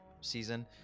season